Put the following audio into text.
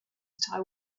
that